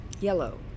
Yellow